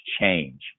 change